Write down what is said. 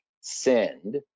send